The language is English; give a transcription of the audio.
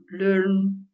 learn